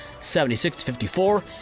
76-54